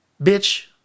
bitch